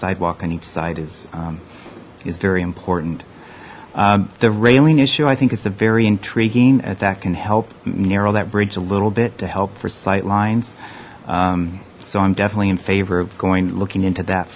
sidewalk on each side is is very important the railing issue i think is a very intriguing that that can help narrow that bridge a little bit to help for sight lines so i'm definitely in favor of going looking into that